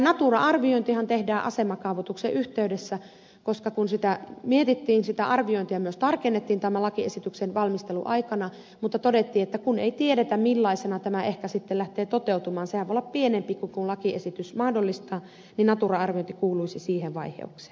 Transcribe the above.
natura arviointihan tehdään asemakaavoituksen yhteydessä koska kun sitä mietittiin sitä arviointia myös tarkennettiin tämän lakiesityksen valmistelun aikana mutta todettiin että kun ei tiedetä millaisena tämä ehkä sitten lähtee toteutumaan sehän voi olla pienempikin kuin lakiesitys mahdollistaa niin natura arviointi kuuluisi siihen vaiheeseen